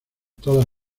todas